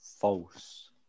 False